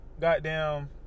Goddamn